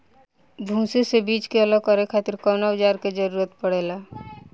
भूसी से बीज के अलग करे खातिर कउना औजार क जरूरत पड़ेला?